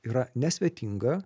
yra nesvetinga